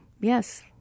Yes